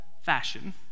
fashion